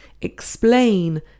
explain